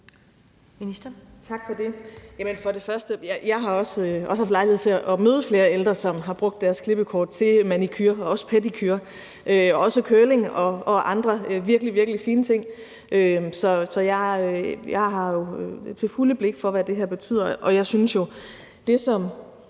jeg også har haft lejlighed til at møde flere ældre, som har brugt deres klippekort til manicure og pedicure og til at få ordnet hår og andre virkelig, virkelig fine ting, så jeg har jo til fulde blik for, hvad det her betyder.